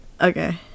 okay